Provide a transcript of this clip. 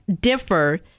differ